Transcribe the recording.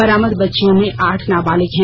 बरामद बच्चियों में आठ नाबालिग हैं